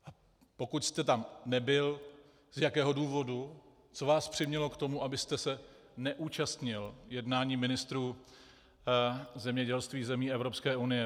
A pokud jste tam nebyl, z jakého důvodu, co vás přimělo k tomu, abyste se neúčastnil jednání mistrů zemědělství zemí Evropské unie.